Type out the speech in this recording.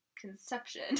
conception